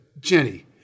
Jenny